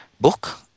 book